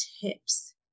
tips